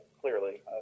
clearly